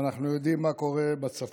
ואנחנו יודעים מה קורה בצפון.